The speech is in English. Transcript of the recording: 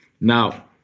Now